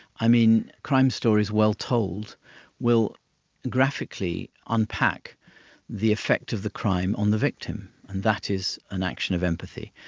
i mean, crime stories well told will graphically unpack the effect of the crime on the victim, and that is an action of empathy.